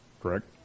correct